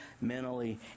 mentally